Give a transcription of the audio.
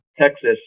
Texas